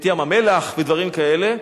ים-המלח ודברים כאלה.